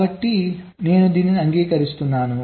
కాబట్టి నేను దీనిని అంగీకరిస్తున్నాను